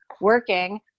working